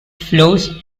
flows